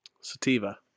sativa